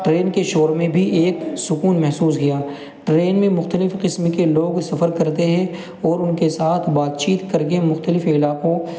train کے شور میں بھی ایک سکون بھی محسوس کیا ٹرین میں مختلف قسم کے لوگ سفر کرتے ہیں اور ان کے ساتھ بات چیت کرکے مختلف علاقوں